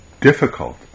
difficult